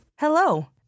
Hello